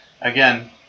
again